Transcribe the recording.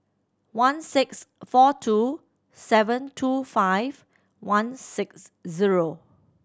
one six four two seven two five one six zero